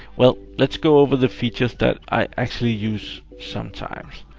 well, let's go over the features that i actually use sometimes.